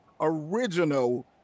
original